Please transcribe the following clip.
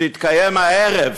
שתתקיים הערב.